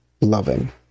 loving